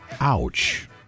Ouch